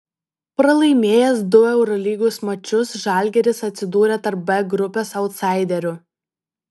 pralaimėjęs du eurolygos mačus žalgiris atsidūrė tarp b grupės autsaiderių